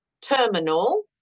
terminal